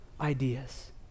ideas